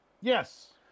Yes